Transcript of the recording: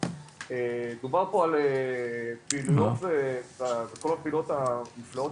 דובר פה על פעילויות וכל הפעילויות הנפלאות